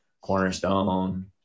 Cornerstone